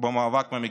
במאבק במגפה,